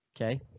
okay